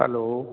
hello